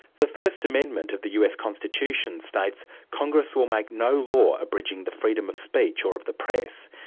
the first amendment of the us constitution states congress will make no law abridging the freedom of speech or of the press.